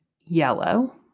yellow